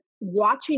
watching